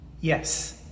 yes